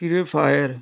free fire